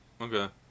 Okay